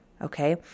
Okay